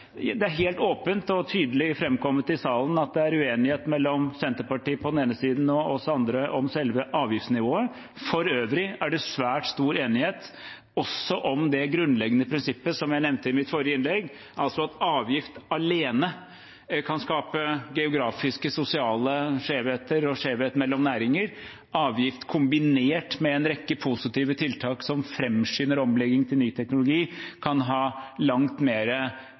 Det er helt åpent og tydelig framkommet i salen at det er uenighet mellom Senterpartiet på den ene siden og oss andre om selve avgiftsnivået. For øvrig er det svært stor enighet, også om det grunnleggende prinsippet som jeg nevnte i mitt forrige innlegg, at avgift alene kan skape geografiske, sosiale skjevheter og skjevhet mellom næringer, og at avgift kombinert med en rekke positive tiltak som framskynder omlegging til ny teknologi, kan ha langt